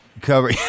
cover